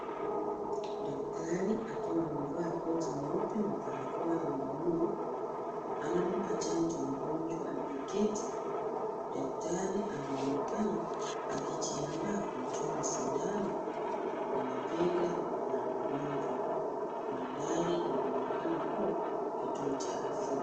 Daktari akiwa ameva koti nyeupe na barako ya blue anampa chonjo mgonjwa aliye keti, daktari anaonekana akijianda kumchoma shindano kwenye bega la mgonjwa, maandari yanaoneka kuwa kituo cha afya.